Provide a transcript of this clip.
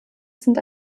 sind